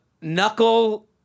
knuckle